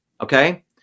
Okay